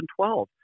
2012